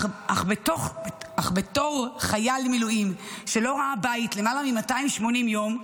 אך בתור חייל מילואים שלא ראה בית למעלה מ-280 יום,